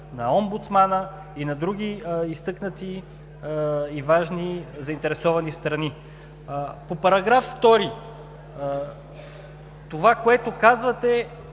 на омбудсмана и на други изтъкнати и важни заинтересувани страни. По § 2 – това, което казвате, е